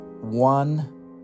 one